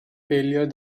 failure